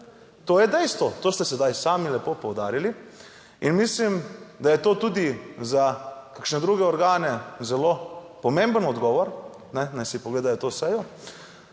To je dejstvo. To ste sedaj sami lepo poudarili in mislim, da je to tudi za kakšne druge organe zelo pomemben odgovor, naj si pogledajo to sejo.